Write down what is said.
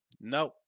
No